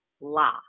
la